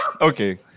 okay